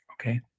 Okay